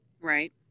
Right